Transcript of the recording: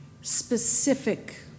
specific